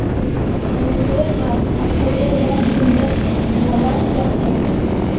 समुंदरेर माछ अखल्लै या झुंडत रहबा सखछेक